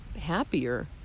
happier